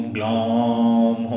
Glom